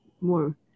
more